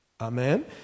Amen